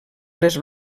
les